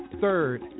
Third